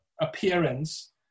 appearance